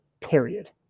period